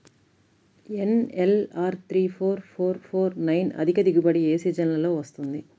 NLR three four four four nine అధిక దిగుబడి ఏ సీజన్లలో వస్తుంది?